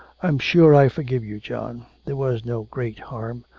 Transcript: i'm sure i forgive you, john. there was no great harm.